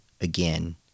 again